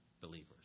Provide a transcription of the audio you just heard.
believers